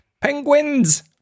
penguins